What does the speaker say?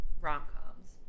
rom-coms